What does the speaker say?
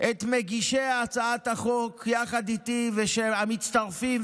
את מגישי הצעת החוק יחד איתי ואת המצטרפים,